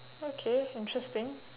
okay interesting